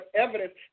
evidence